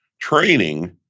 Training